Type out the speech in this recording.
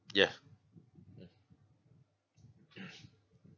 yeah mm